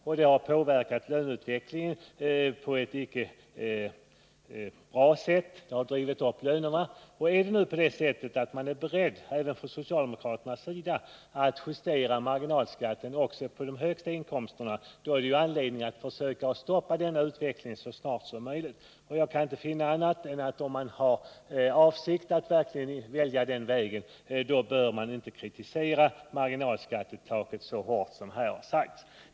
Det har påverkat löneutvecklingen på ett icke önskvärt sätt — höglönerna har drivits upp. Är man nu även från socialdemokratisk sida beredd att justera marginalskatten också för de högsta inkomsttagarna, finns det all anledning för oss att så snart som möjligt försöka stoppa denna utveckling. Om man har för avsikt att verkligen välja den vägen, bör man inte så hårt kritisera marginalskattetaket.